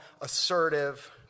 assertive